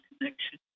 connection